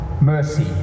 Mercy